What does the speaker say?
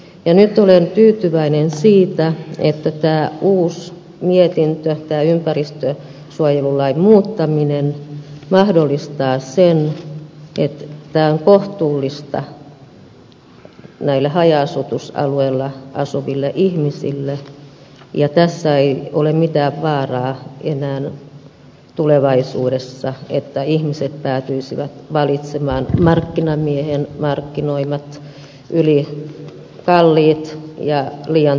nyt olen tyytyväinen siitä että tämä uusi mietintö tämä ympäristönsuojelulain muuttaminen mahdollistaa sen että tämä on kohtuullista näille haja asutusalueella asuville ihmisille ja tässä ei ole mitään vaaraa enää tulevaisuudessa että ihmiset päätyisivät valitsemaan markkinamiehen markkinoimat ylikalliit ja liian tehokkaat puhdistuslaitteet